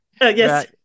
yes